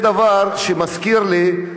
זה דבר שמזכיר לי: